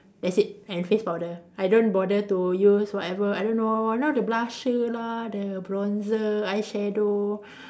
that's it and face powder I don't bother to use whatever I don't know you know the blusher lah the bronzer eye shadow